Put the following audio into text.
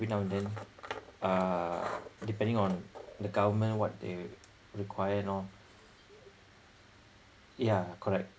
every now and then uh depending on the government what they require oh yeah correct